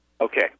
Okay